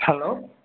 hello